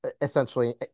essentially